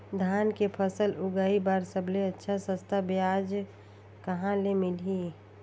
धान के फसल उगाई बार सबले अच्छा सस्ता ब्याज कहा ले मिलही?